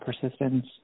persistence